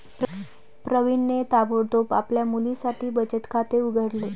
प्रवीणने ताबडतोब आपल्या मुलीसाठी बचत खाते उघडले